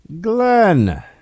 Glenn